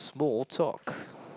small talk